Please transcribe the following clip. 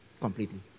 completely